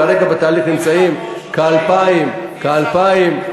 כרגע בתהליך נמצאים, 530. כ-2,000,